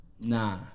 Nah